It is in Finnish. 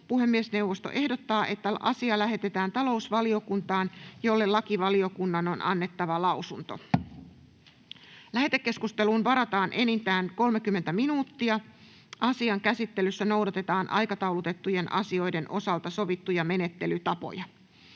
Puhemiesneuvosto ehdottaa, että asia lähetetään talousvaliokuntaan, jolle lakivaliokunnan on annettava lausunto. Lähetekeskusteluun varataan enintään 30 minuuttia. Asian käsittelyssä noudatetaan aikataulutettujen asioiden osalta sovittuja menettelytapoja.